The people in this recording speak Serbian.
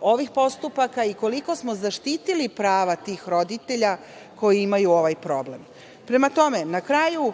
ovih postupaka i koliko smo zaštitili prava tih roditelja koji imaju ovaj problem. Prema tome, na kraju